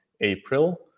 April